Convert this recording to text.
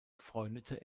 freundete